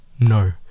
no